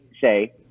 say